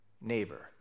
neighbor